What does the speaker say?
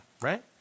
right